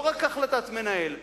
לא רק החלטת מנהל,